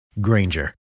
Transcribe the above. Granger